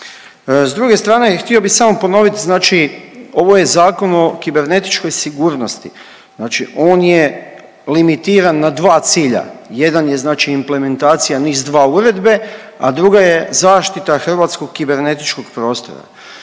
S druge strane htio bih samo ponovit, znači ovo je Zakon o kibernetičkoj sigurnosti, znači on je limitiran na dva cilja, jedan je implementacija NIS2 uredbe, a druga je zaštita hrvatskog kibernetičkog prostora.